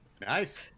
Nice